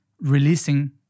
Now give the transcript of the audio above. releasing